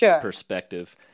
perspective